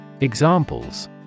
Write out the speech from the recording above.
Examples